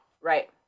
Right